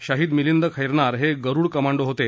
शहिद मिलिंद खैरनार हे गरुड कमांडो होते